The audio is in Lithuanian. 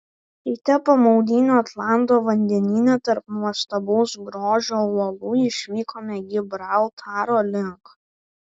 ryte po maudynių atlanto vandenyne tarp nuostabaus grožio uolų išvykome gibraltaro link